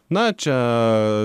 na čia